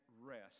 rest